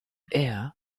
air